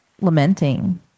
lamenting